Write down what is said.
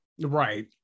Right